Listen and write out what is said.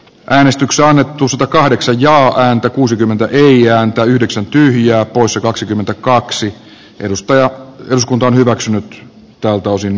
eu äänestykseen hallitusta kahdeksan ja antoi kuusikymmentäviisi ääntä yhdeksän työn ja osa kaksikymmentäkaksi edustajaa jos eduskunta on hyväksynyt tältä osin